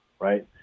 right